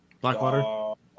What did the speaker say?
Blackwater